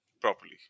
properly